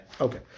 Okay